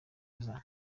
iza